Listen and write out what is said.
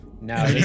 No